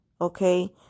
okay